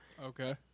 Okay